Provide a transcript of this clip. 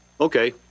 okay